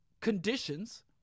conditions